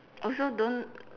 also don't